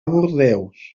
bordeus